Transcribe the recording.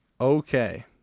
Okay